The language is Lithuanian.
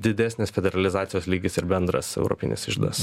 didesnės federalizacijos lygis ir bendras europinis iždas